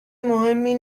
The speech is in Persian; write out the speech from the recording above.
مهمی